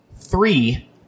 Three